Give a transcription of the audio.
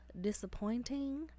disappointing